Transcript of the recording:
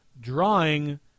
drawing